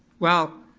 well,